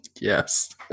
Yes